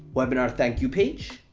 webinar thank you page.